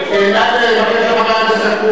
אני רגוע, נא לבקש מחבר הכנסת אקוניס לצאת.